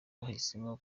bahisemo